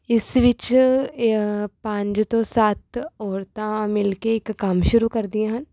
ਇਸ ਵਿੱਚ ਪੰਜ ਤੋਂ ਸੱਤ ਔਰਤਾਂ ਮਿਲ ਕੇ ਇੱਕ ਕੰਮ ਸ਼ੁਰੂ ਕਰਦੀਆਂ ਹਨ